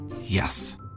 Yes